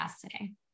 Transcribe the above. today